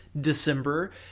December